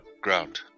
ground